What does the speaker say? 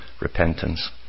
repentance